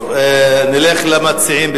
טוב, נלך למציעים.